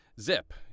zip